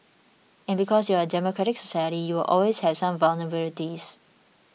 and because you're a democratic society you will always have some vulnerabilities